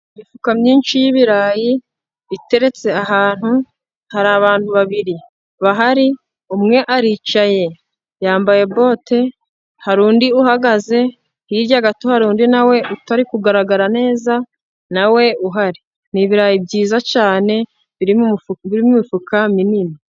Imifuka myinshi y'ibirayi iteretse ahantu hari abantu babiri. Hahari umwe aricaye yambaye bote, hari undi uhagaze, hirya gatoto hari undi nawe utari kugaragara neza nawe uhari. Ni ibirayi byiza cyane biri mu mifuka minini.